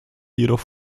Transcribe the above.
jedoch